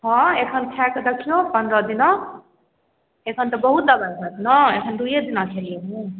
हँ एखन खाकऽ देखियौ पन्द्रह दिना एखन तऽ बहुत दबाइ होयत ने एखन दूइये दिना भेलै ने